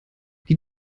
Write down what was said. die